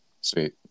Sweet